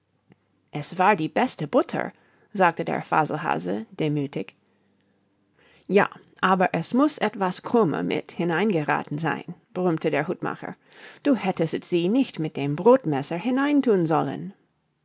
es war die beste butter sagte der faselhase demüthig ja aber es muß etwas krume mit hinein gerathen sein brummte der hutmacher du hättest sie nicht mit dem brodmesser hinein thun sollen